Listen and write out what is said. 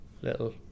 Little